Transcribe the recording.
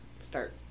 start